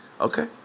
okay